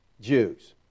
Jews